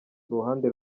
uruhande